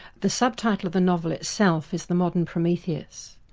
the sub-title of the novel itself is the modern prometheus.